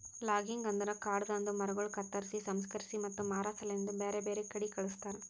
logging ಅಂದುರ್ ಕಾಡದಾಂದು ಮರಗೊಳ್ ಕತ್ತುರ್ಸಿ, ಸಂಸ್ಕರಿಸಿ ಮತ್ತ ಮಾರಾ ಸಲೆಂದ್ ಬ್ಯಾರೆ ಬ್ಯಾರೆ ಕಡಿ ಕಳಸ್ತಾರ